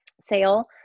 sale